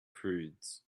prudes